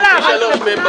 אבל אנחנו פי שלושה בגודל.